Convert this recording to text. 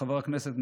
חבר הכנסת,